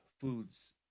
foods